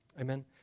amen